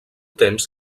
temps